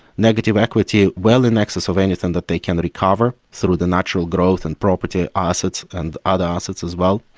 negative equity well in excess of anything that they can recover through the natural growth and property assets and other assets as well.